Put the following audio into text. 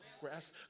grass